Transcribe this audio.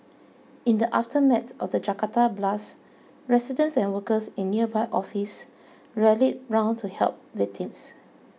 in the aftermath of the Jakarta blasts residents and workers in nearby offices rallied round to help victims